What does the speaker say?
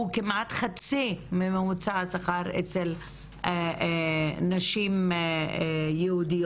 כמעט חצי ממוצע השכר אצל נשים יהודיות.